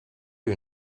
you